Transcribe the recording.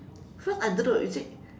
so I don't know is it